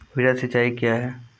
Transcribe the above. वृहद सिंचाई कया हैं?